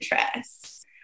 interest